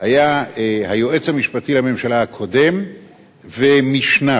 היה היועץ המשפטי לממשלה הקודם ומשניו.